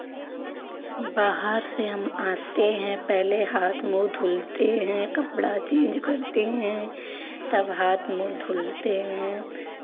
बाहर से हम आते हैं पहले हाथ मुँह धुलते हैं कपड़ा चेंज करते हैं तब हाथ मुँह धुलते हैं